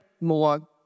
more